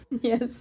Yes